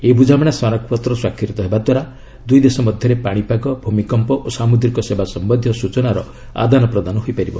ଏହି ବୁଝାମଣା ସ୍ମାରକପତ୍ର ସ୍ୱାକ୍ଷରିତ ହେବା ଦ୍ୱାରା ଦୁଇଦେଶ ମଧ୍ୟରେ ପାଣିପାଗ ଭୂମିକମ୍ପ ଓ ସାମୁଦ୍ରିକ ସେବା ସମ୍ଭନ୍ଧୀୟ ସୂଚନାର ଆଦାନପ୍ରଦାନ ହୋଇପାରିବ